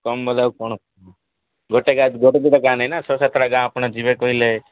କମ୍ ବୋଲେ ଆଉ କ'ଣ ଗୋଟେ ଗାଁ ଗୋଟେ ଦୁଇଟା ଗାଁ ନାଇଁ ନା ଛଅ ସାତଟା ଗାଁ ଆପଣ ଯିବେ କହିଲେ